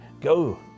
go